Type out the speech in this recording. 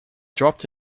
dropped